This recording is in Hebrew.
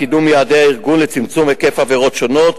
קידום יעדי הארגון לצמצום היקף עבירות שונות,